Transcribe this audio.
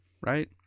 right